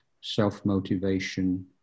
self-motivation